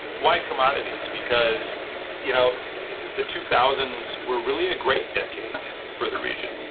why commodities. because you know the two thousand s were really a great decade for the region.